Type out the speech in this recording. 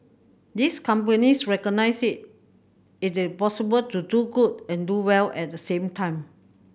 these companies recognise it is possible to do good and do well at the same time